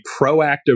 proactive